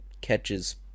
catches